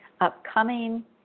upcoming